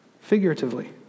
figuratively